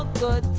ah good.